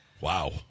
Wow